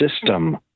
system